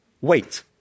wait